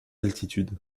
altitude